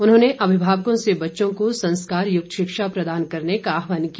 उन्होंने अभिभावकों से बच्चों को संस्कारयुक्त शिक्षा प्रदान करने का आहवान किया